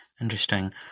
Interesting